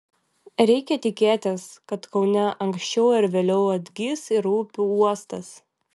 reikia tikėtis kad kaune anksčiau ar vėliau atgis ir upių uostas